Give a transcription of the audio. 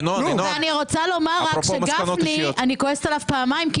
אני רוצה לומר שעל גפני אני כועסת פעמיים כי